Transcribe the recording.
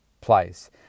place